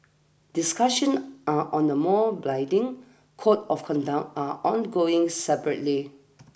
discussions are on the more blinding Code of Conduct are ongoing separately